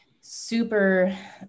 super